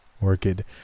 Orchid